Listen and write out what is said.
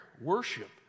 worship